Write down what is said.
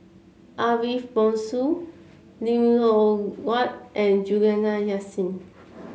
Ariff Bongso Lim Loh Huat and Juliana Yasin